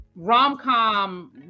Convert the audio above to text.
rom-com